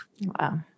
Wow